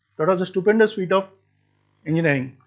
that was a stupendous feat of engineering.